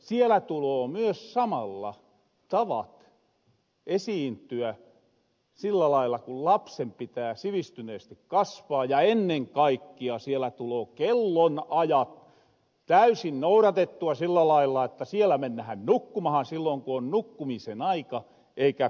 siellä tuloo myös samalla tavat esiintyä sillä lailla ku lapsen pitää sivistyneesti kasvaa ja ennen kaikkea siellä tuloo kellonajat täysin nouratettua sillä lailla että siellä mennähän nukkumahan sillon ku on nukkumisen aika eikä kukuta